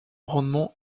rendement